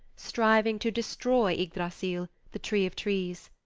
striving to destroy ygdrassil, the tree of trees.